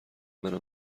منو